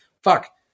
Fuck